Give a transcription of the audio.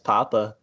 Papa